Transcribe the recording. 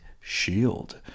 Shield